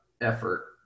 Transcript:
effort